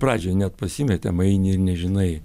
pradžiai net pasimetėm eini ir nežinai